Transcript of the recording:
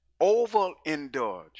Overindulge